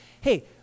Hey